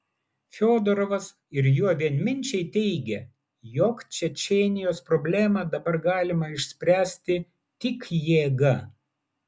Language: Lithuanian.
fiodorovas ir jo vienminčiai teigia jog čečėnijos problemą dabar galima išspręsti tik jėga